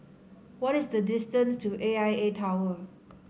what is the distance to A I A Tower